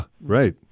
right